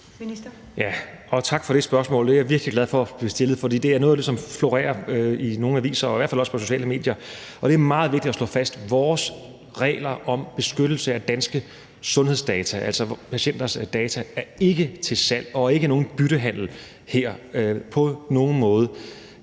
tak for det spørgsmål. Det er jeg virkelig glad for bliver stillet, for det er noget af det, som florerer i nogle aviser og i hvert fald også på sociale medier, og det er meget vigtigt at slå fast, at vores regler om beskyttelse af danske sundhedsdata, altså patienters data, ikke er til salg og ikke på nogen måde kan indgå i nogen